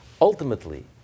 ultimately